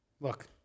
Look